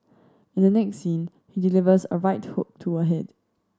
in the next scene he delivers a right hook to her head